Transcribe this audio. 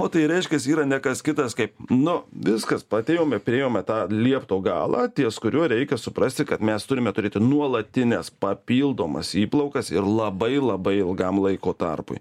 o tai reiškias yra ne kas kitas kaip nu viskas atėjome priėjome tą liepto galą ties kuriuo reikia suprasti kad mes turime turėti nuolatines papildomas įplaukas ir labai labai ilgam laiko tarpui